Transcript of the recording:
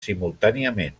simultàniament